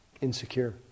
insecure